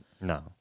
No